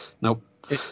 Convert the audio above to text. Nope